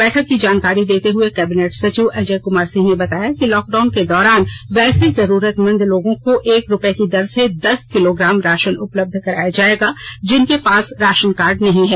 बैठक की जानकारी देते हए कैबिनेट सचिव अजय कमार सिंह ने बताया कि लॉक डाउन के दौरान वैसे जरूरतमंद लोगों को एक रूपये की दर से दस किलोग्राम राषन उपलब्ध कराया जाएगा जिनके पास राषन कार्ड नहीं है